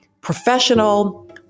professional